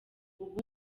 ubu